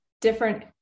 different